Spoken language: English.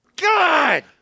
God